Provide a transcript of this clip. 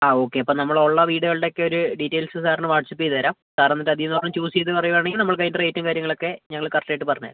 ആ ഓക്കെ അപ്പം നമ്മൾ ഉള്ള വീടുകളുടെ ഒക്കെ ഒരു ഡീറ്റെയിൽസ് സാറിന് വാട്ട്സ്ആപ്പ് ചെയ്തുതരാം സാർ എന്നിട്ട് അതിൽനിന്ന് ഒരെണ്ണം ചൂസ് ചെയ്ത് പറയുവാണെങ്കിൽ നമുക്ക് അതിൻ്റെ റേറ്റും കാര്യങ്ങളൊക്കെ ഞങ്ങൾ കറക്റ്റ് ആയിട്ട് പറഞ്ഞുതരാം